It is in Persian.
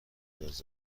نیاز